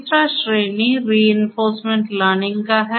तीसरी श्रेणी reinforcement learning की है